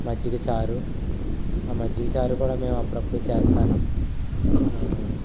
మజ్జిగ చారు ఆ మజ్జిగ చారు కూడా మేము అప్పుడప్పుడు చేస్తాను